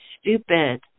stupid